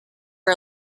are